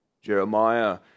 Jeremiah